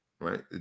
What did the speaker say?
Right